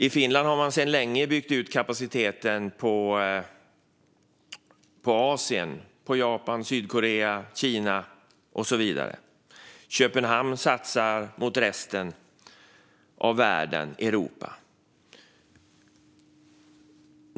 I Finland har man sedan länge byggt ut kapaciteten på Asien - Japan, Sydkorea, Kina och så vidare. Köpenhamn satsar mot resten av världen och mot Europa.